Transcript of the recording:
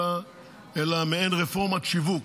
אלא מעין רפורמת שיווק.